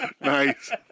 Nice